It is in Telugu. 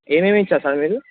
ఏమేమి ఇచ్చారు సార్ మీరు